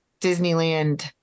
Disneyland